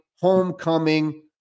homecoming